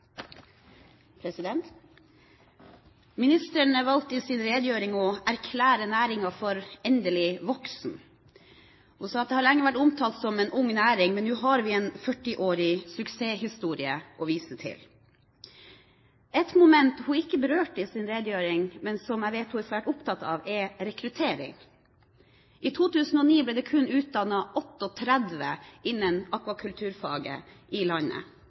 Ministeren valgte i sin redegjørelse å erklære næringen for endelig voksen. Hun sa at den lenge har vært omtalt som en ung næring. Men nå har vi en 40-årig suksesshistorie å vise til. Et moment hun ikke berørte i sin redegjørelse, men som jeg vet hun har vært opptatt av, er rekruttering. I 2009 ble det utdannet kun 38 innen akvakulturfaget i landet.